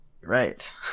right